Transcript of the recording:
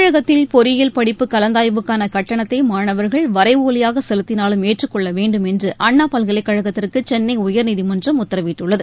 தமிழகத்தில் பொறியியல் படிப்பு கலந்தாய்வுக்கான கட்டணத்தை மாணவர்கள் வரைவோலையாக செலுத்தினாலும் ஏற்றுக்கொள்ள வேண்டும் என்று அண்ணா பல்லைக்கழகத்திற்கு சென்னை உயர்நீதிமன்றம் உத்தரவிட்டுள்ளது